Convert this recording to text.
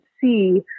see